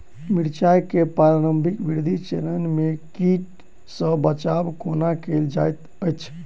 मिर्चाय केँ प्रारंभिक वृद्धि चरण मे कीट सँ बचाब कोना कैल जाइत अछि?